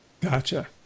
Gotcha